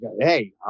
hey